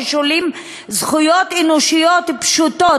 ששוללים זכויות אנושיות פשוטות,